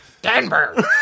Denver